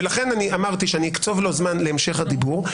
לכן אמרתי שאני אקצוב לו זמן להמשך הדיבור.